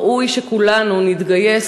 ראוי שכולנו נתגייס.